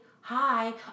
hi